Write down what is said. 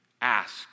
ask